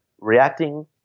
reacting